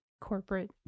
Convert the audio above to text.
corporate